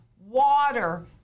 water